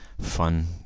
fun